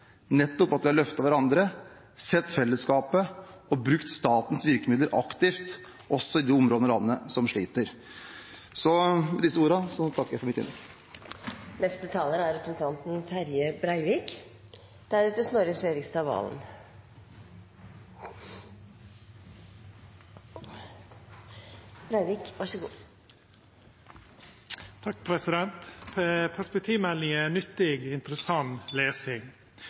nettopp at vi har løftet hverandre, sett fellesskapet og brukt statens virkemidler aktivt, også i de områdene av landet som sliter. Perspektivmeldinga er nyttig og interessant lesing.